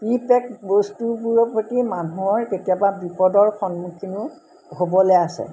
pre pack বস্তুবোৰৰ প্ৰতি মানুহৰ কেতিয়াবা বিপদৰ সন্মুখীনো হ'বলৈ আছে